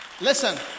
Listen